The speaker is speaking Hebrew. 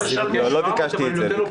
לא ביקשתי את זה.